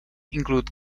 include